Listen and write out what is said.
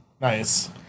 Nice